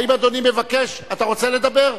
האם אדוני מבקש לדבר,